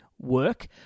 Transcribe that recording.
work